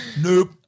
Nope